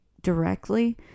directly